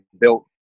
built